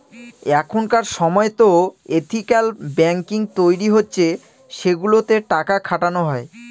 এখনকার সময়তো ethical banking তৈরী হচ্ছে সেগুলোতে টাকা খাটানো হয়